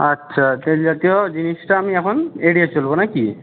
আচ্ছা তেল জাতীয় জিনিসটা আমি এখন এড়িয়ে চলব নাকি